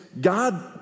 God